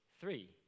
three